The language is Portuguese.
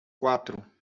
quatro